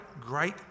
great